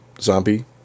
zombie